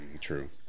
True